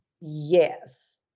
Yes